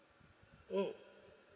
mm